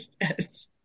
Yes